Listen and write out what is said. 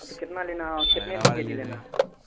تو کتنا لینا اور کتنے روپے کے جی لینا ہے